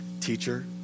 teacher